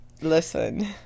Listen